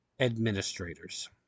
...administrators